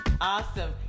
Awesome